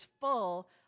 full